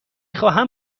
خواهم